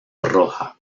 roja